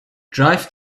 drive